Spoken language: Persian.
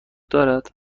دارد